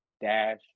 dash